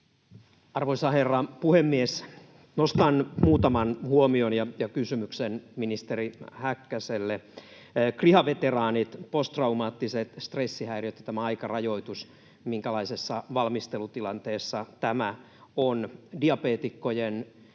Arvoisa herra puhemies! Nostan muutaman huomion ja kysymyksen ministeri Häkkäselle. Kriha-veteraanit, posttraumaattiset stressihäiriöt ja tämä aikarajoitus — minkälaisessa valmistelutilanteessa tämä on? Diabeetikkojen